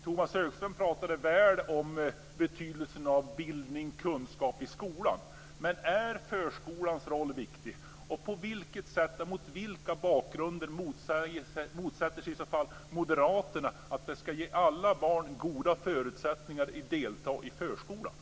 Tomas Högström pratade väl om betydelsen av bildning och kunskap i skolan, men är förskolans roll viktig? Mot vilken bakgrund motsätter sig moderaterna i så fall tanken att vi ska ge alla barn goda förutsättningar att delta i förskolan?